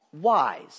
wise